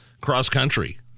cross-country